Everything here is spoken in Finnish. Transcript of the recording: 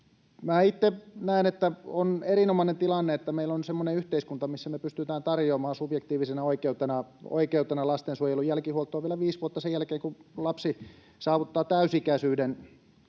Itse näen, että on erinomainen tilanne, että meillä on semmoinen yhteiskunta, missä me pystytään tarjoamaan subjektiivisena oikeutena lastensuojelun jälkihuoltoa vielä viisi vuotta sen jälkeen, kun lapsi saavuttaa täysi-ikäisyyden.